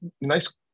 nice